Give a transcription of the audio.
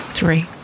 Three